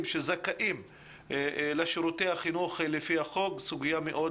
שזכאים לשירותי החינוך לפי החוק - זו סוגיה מאוד